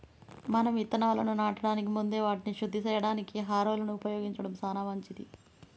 మనం ఇత్తనాలను నాటడానికి ముందే వాటిని శుద్ది సేయడానికి హారొలను ఉపయోగించడం సాన మంచిది